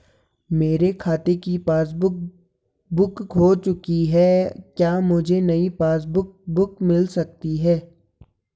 मेरे खाते की पासबुक बुक खो चुकी है क्या मुझे नयी पासबुक बुक मिल सकती है?